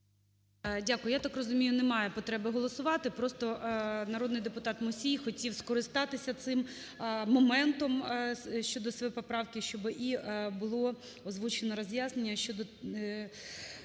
Дякую. Я так розумію, немає потреби голосувати. Просто народний депутат Мусій хотів скористатися цим моментом щодо своєї поправки, щоб і було озвучено роз'яснення щодо